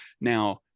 now